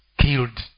killed